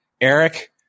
Eric